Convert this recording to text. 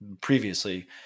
previously